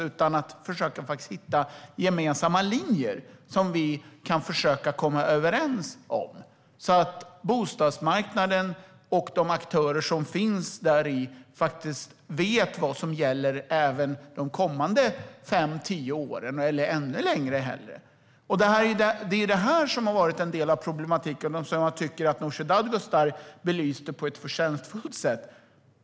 Man måste faktiskt försöka att hitta gemensamma linjer som vi kan komma överens om, så att bostadsmarknaden och de aktörer som finns där vet vad som gäller även under de kommande fem tio åren, eller ännu hellre längre tid framöver. Det är ju det här som har varit en del av problematiken som Nooshi Dadgostar belyste på ett förtjänstfullt sätt.